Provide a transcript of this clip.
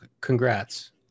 congrats